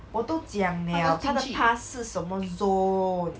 我都讲 liao 他的 pass 是什么 zone